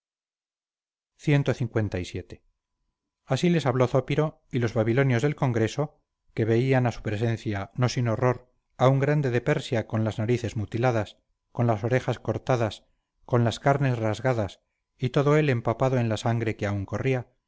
clvii así les habló zópiro y los babilonios del congreso que velan a su presencia no sin horror a un grande de persia con las narices mutiladas con las orejas cortadas con las carnes rasgadas y todo él empapado en la sangre que aun corría